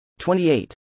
28